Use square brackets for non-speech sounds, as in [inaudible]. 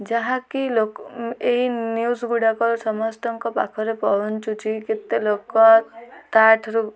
ଯାହାକି [unintelligible] ଏଇ ନ୍ୟୁଜ୍ ଗୁଡ଼ାକ ସମସ୍ତଙ୍କ ପାଖରେ ପହଞ୍ଚୁଛି କେତେ ଲୋକ ତା'ଠାରୁ